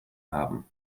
haben